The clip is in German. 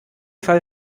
fall